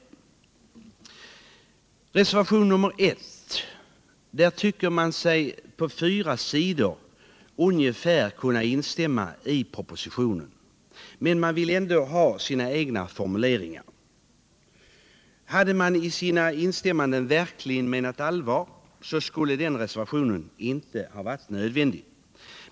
Jordbrukspoliti I reservationen 1, som omfattar fyra sidor, säger man sig i stort sett — ken, m.m. kunna instämma i propositionen. Men man vill ändå ha sina egna formuleringar. Om man verkligen hade menat allvar med sina instämmanden, skulle den reservationen inte ha varit nödvändig.